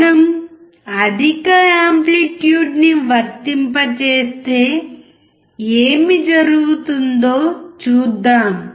మనం అధిక యాంప్లిట్యూడ్ ని వర్తింపజేస్తే ఏమి జరుగుతుందో చూద్దాం